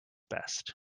best